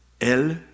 El